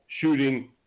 shooting